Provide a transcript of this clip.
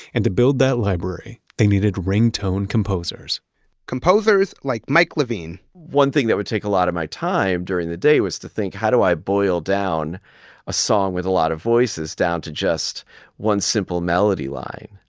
and to build that library they needed ringtone composers composers like mike levine one thing that would take a lot of my time during the day was to think, how do i boil down a song with a lot of voices down to just one simple melody line?